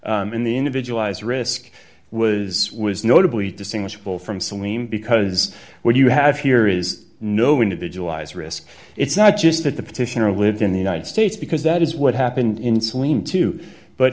the individualized risk was was notably distinguishable from celine because what you have here is no individualized risk it's not just that the petitioner lives in the united states because that is what happened in saline two but